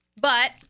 But-